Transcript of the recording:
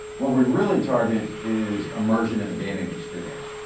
what we really target is immersion in the gaming experience.